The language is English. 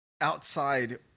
outside